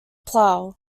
plough